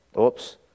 Oops